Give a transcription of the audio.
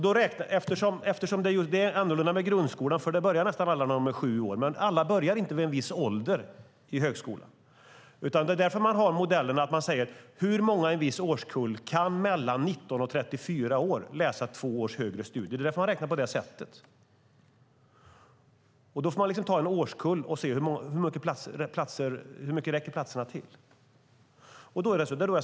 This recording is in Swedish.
Det är annorlunda med grundskolan, eftersom nästan alla börjar där när de är sju år. Men alla börjar inte vid en viss ålder i högskolan. Det är därför man har modellen att man säger: Hur många i en årskull kan mellan 19-34 år bedriva två års högre studier? Det är därför man räknar på det sättet. Man får ta en årskull och se: Hur många räcker platserna till?